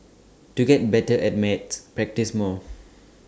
to get better at maths practise more